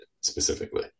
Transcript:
specifically